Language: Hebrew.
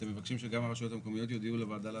אתם מבקשים שגם הרשויות המקומיות יודיעו לוועדה להסדרה?